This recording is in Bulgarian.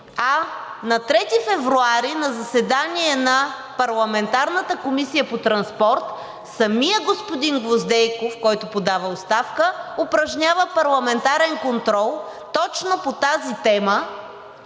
а на 3 февруари на заседание на парламентарната Комисия по транспорт самият господин Гвоздейков, който подава оставка, упражнява парламентарен контрол точно по тази тема